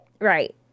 right